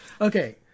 Okay